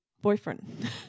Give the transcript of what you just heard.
boyfriend